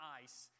ice